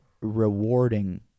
rewarding